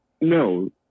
No